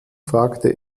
fragte